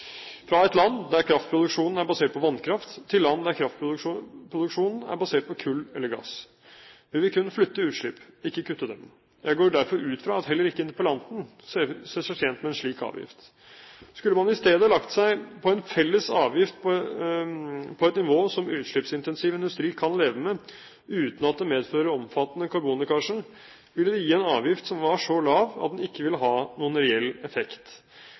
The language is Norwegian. der kraftproduksjonen er basert på vannkraft, til land der kraftproduksjonen er basert på kull eller gass. Det vil kunne flytte utslipp – ikke kutte dem. Jeg går derfor ut fra at heller ikke interpellanten ser seg tjent med en slik avgift. Skulle man i stedet lagt seg på en felles avgift på et nivå som utslippsintensiv industri kan leve med uten at det medfører omfattende karbonlekkasje, ville det gi en avgift som var så lav at den ikke ville ha noen reell effekt.